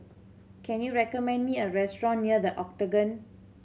can you recommend me a restaurant near The Octagon